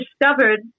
discovered